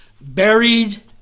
buried